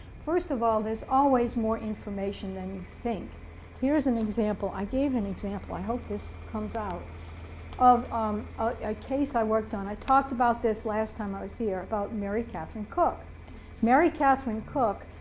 first of all there's always more information than you think here's an example, i gave an example, i hope this comes out of a case i worked on, i talked about this last time i was here about mary catherine cook mary catherine cook,